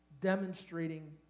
demonstrating